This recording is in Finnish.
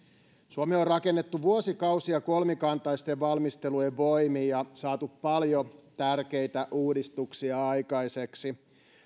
suomea on rakennettu vuosikausia kolmikantaisten valmistelujen voimin ja on saatu paljon tärkeitä uudistuksia aikaiseksi